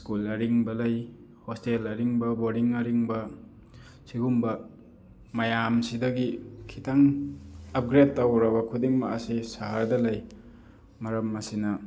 school ꯑꯔꯤꯡꯕ ꯂꯩ hostel ꯑꯔꯤꯡꯕ ꯕꯣꯔꯗꯤꯡ ꯑꯔꯤꯡꯕ ꯁꯤꯒꯨꯝꯕ ꯃꯌꯥꯝꯁꯤꯗꯒꯤ ꯈꯤꯇꯪ ꯑꯞꯒ꯭ꯔꯦꯗ ꯇꯧꯔꯕ ꯈꯨꯗꯤꯡꯃꯛ ꯑꯁꯤ ꯁꯍꯔꯗ ꯂꯩ ꯃꯔꯝ ꯑꯁꯤꯅ